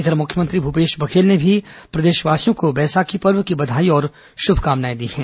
इधर मुख्यमंत्री भूपेश बघेल ने भी प्रदेशवासियों को बैसाखी पर्व की बधाई और शुभकामनाएं दी हैं